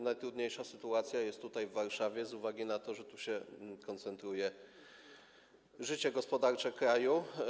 Najtrudniejsza sytuacja jest tutaj, w Warszawie, z uwagi na to, że tu koncentruje się życie gospodarcze kraju.